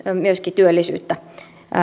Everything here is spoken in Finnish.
työllisyyttä